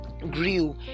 grew